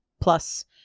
plus